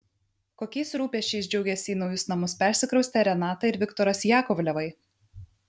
kokiais rūpesčiais džiaugiasi į naujus namus persikraustę renata ir viktoras jakovlevai